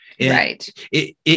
Right